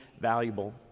valuable